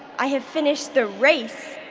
i have finished the race,